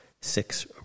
six